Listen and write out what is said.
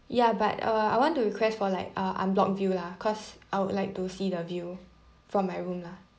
ya but uh I want to request for like uh unblocked view lah cause I would like to see the view from my room lah